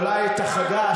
אולי אתה חדש,